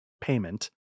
payment